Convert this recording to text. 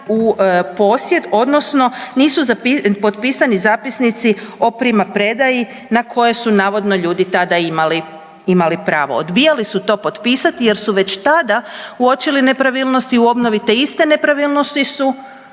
u posjed odnosno nisu potpisani zapisnici o primopredaji na koje su navodno ljudi tada imali pravo. Odbijali su to potpisali jer su već tada uočili nepravilnosti u obnovi. Te iste nepravilnosti su